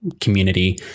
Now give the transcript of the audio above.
community